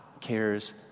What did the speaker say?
cares